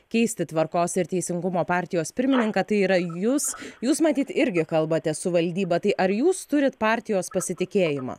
keisti tvarkos ir teisingumo partijos pirmininką tai yra jus jūs matyt irgi kalbate su valdyba tai ar jūs turit partijos pasitikėjimą